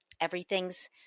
everything's